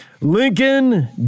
Lincoln